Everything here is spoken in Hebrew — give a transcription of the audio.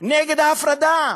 נגד ההפרדה,